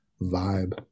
vibe